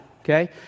okay